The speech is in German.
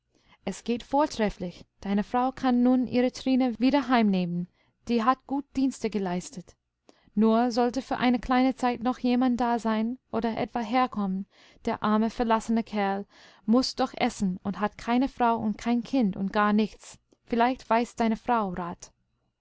es geht vortrefflich deine frau kann nun ihre trine wieder heimnehmen die hat gute dienste geleistet nur sollte für eine kleine zeit noch jemand da sein oder etwa herkommen der arme verlassene kerl muß doch essen und hat keine frau und kein kind und gar nichts vielleicht weiß deine frau rat